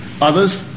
others